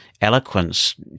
eloquence